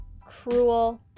cruel